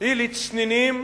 היא לצנינים